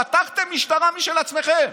פתחתם משטרה משל עצמכם.